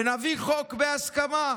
ונביא חוק בהסכמה.